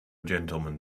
gentlemen